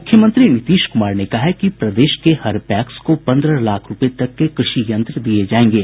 मुख्यमंत्री नीतीश कुमार ने कहा है कि प्रदेश के हर पैक्स को पंद्रह लाख रूपये तक के कृषि यंत्र दिये जायेंगे